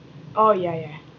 orh ya ya